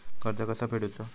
कर्ज कसा फेडुचा?